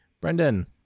Brendan